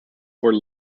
for